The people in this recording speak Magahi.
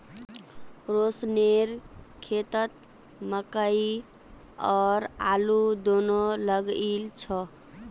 रोशनेर खेतत मकई और आलू दोनो लगइल छ